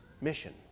mission